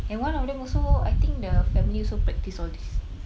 and one of them also I think the family also practise all these